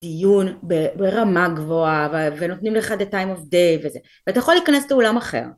דיון ברמה גבוהה, ונותנים לך את ה-time of day וזה, ואתה יכול להיכנס לאולם אחר.